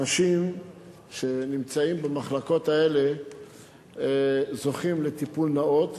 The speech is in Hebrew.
אנשים שנמצאים במחלקות האלה זוכים לטיפול נאות.